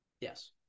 Yes